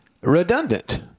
redundant